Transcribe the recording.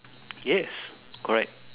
yes correct